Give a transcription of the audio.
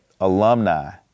alumni